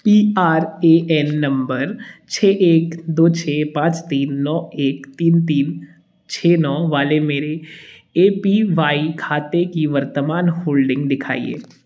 P R A N number छः एक दो छः पाँच तीन नौ एक तीन तीन छः नौ वाले मेरे ए पी वाई खाते की वर्तमान होल्डिंग्स दिखाएँ